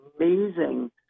amazing